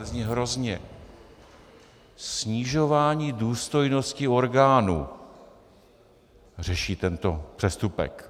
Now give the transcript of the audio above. Zní hrozně snižování důstojnosti orgánů řeší tento přestupek.